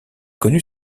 connu